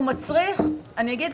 הוא מצריך אני אגיד,